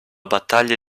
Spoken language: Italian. battaglia